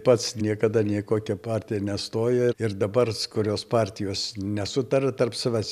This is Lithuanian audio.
pats niekada nei į kokią partiją nestojo ir dabars kurios partijos nesutaria tarp savęs